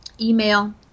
email